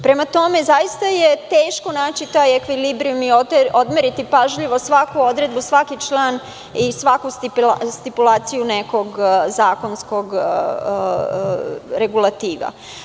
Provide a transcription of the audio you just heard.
Prema tome, zaista je teško naći taj ekvilibrijum i odmeriti pažljivo svaku odredbu, svaki član i svaku stipulaciju nekog zakonskog regulativa.